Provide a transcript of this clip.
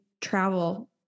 travel